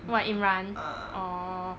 what imran orh